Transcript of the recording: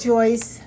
Joyce